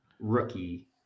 rookie